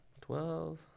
twelve